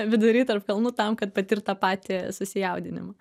vidury tarp kalnų tam kad patirt tą patį susijaudinimą